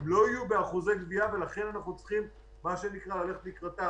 הם לא יהיו באחוזי גבייה רגילים ולכן אנחנו צריכים ללכת לקראתם.